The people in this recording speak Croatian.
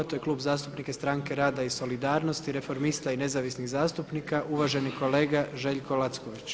To je Klub zastupnika Stranke rada i solidarnosti reformista i nezavisnih zastupnika uvaženi kolega Željko Lacković.